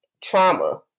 trauma